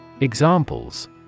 Examples